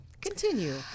Continue